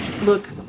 Look